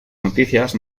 noticias